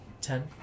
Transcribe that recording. Ten